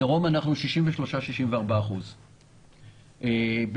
בדרום אנחנו 63% 64%. להקים מרפאה בקיבוץ,